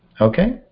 Okay